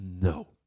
No